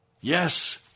Yes